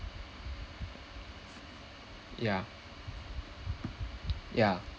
yeah yeah